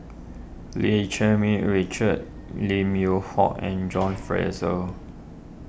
Lee Cherng Mih Richard Lim Yew Hock and John Fraser